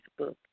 Facebook